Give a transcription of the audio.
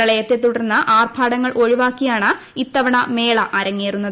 പ്രളയത്തെ തുടർന്ന് ആർഭാട്ടങ്ങൾ ഒഴുവാക്കിയാണ് ഇത്തവണ മേള അരങ്ങേറുന്നത്